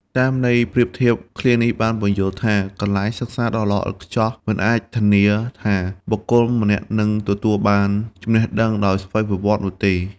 តាមន័យប្រៀបធៀប ឃ្លានេះបានពន្យល់ថា កន្លែងសិក្សាដ៏ល្អឥតខ្ចោះ មិនអាចធានាថាបុគ្គលម្នាក់នឹងទទួលបានចំណេះដឹងដោយស្វ័យប្រវត្តិនោះទេ។